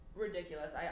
Ridiculous